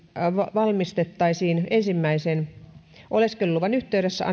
valmistettaisiin ensimmäisen oleskeluluvan yhteydessä